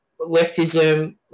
leftism